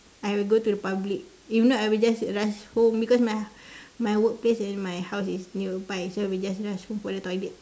I will go to the public if not I will just rush home because my my workplace and my house is nearby so I will just rush home for the toilet